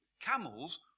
Camels